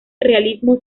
realismo